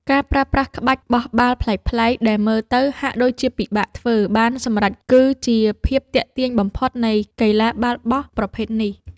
ការប្រើប្រាស់ក្បាច់បោះបាល់ប្លែកៗដែលមើលទៅហាក់ដូចជាពិបាកធ្វើបានសម្រេច គឺជាភាពទាក់ទាញបំផុតនៃកីឡាបាល់បោះប្រភេទនេះ។